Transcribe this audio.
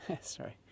Sorry